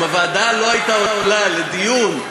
אם הוועדה לא הייתה עולה לדיון,